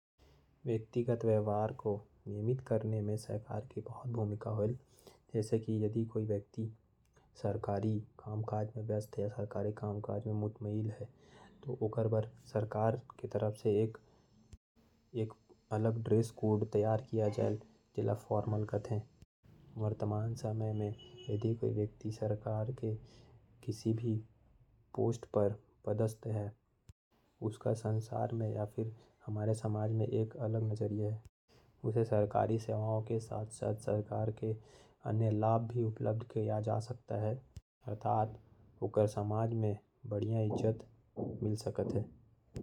जैसे कोई व्यक्ति सरकारी काम काज में व्यस्त है तो । ओकर बर सरकार के द्वारा अलग कपड़ा निर्धारित करना जरूरी है। और कोई ऊंचा पद में है तो ओकर पहचान भी अलग होना चाहिए। सरकारी सेवाओं के साथ साथ इज्जत भी समाज में बरकार रहे। में सरकार के योगदान होना चाही।